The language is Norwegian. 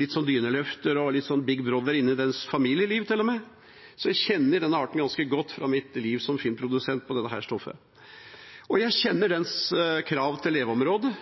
litt dyneløfter og Big Brother inn i dens familieliv til og med. Så jeg kjenner denne arten ganske godt fra mitt liv som filmprodusent. Jeg kjenner dens krav til leveområde,